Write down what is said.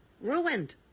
Ruined